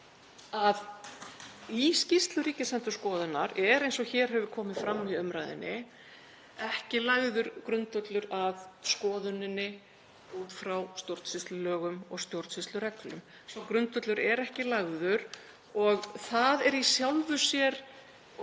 að í skýrslu Ríkisendurskoðunar er, eins og hér hefur komið fram í umræðunni, ekki lagður grundvöllur að skoðuninni út frá stjórnsýslulögum og stjórnsýslureglum. Sá grundvöllur er ekki lagður og það er í sjálfu sér